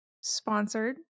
sponsored